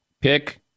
Pick